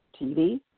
TV